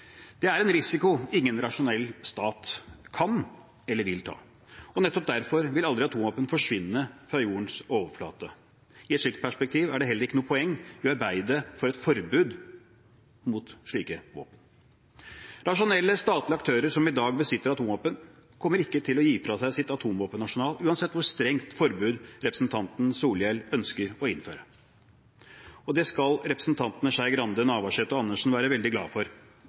Det er en risiko ingen rasjonell stat kan eller vil ta, og nettopp derfor vil aldri atomvåpen forsvinne fra jordens overflate. I et slikt perspektiv er det heller ikke noe poeng å arbeide for et forbud mot slike våpen. Rasjonelle statlige aktører som i dag besitter atomvåpen, kommer ikke til å gi fra seg sitt atomvåpenarsenal uansett hvor strengt forbud representanten Solhjell ønsker å innføre, og det skal representantene Skei Grande, Navarsete og Andersen være veldig glade for,